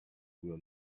will